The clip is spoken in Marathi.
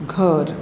घर